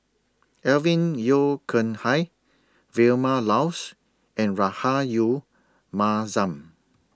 Alvin Yeo Khirn Hai Vilma Laus and Rahayu Mahzam